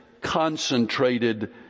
concentrated